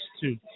two